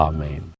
Amen